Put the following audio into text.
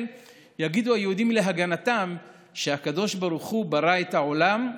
יגידו היהודים להגנתם שהקדוש ברוך הוא ברא את העולם,